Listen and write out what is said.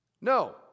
No